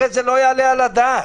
הרי זה לא יעלה על הדעת.